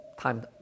time